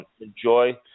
Enjoy